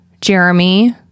Jeremy